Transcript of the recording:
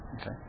Okay